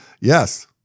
yes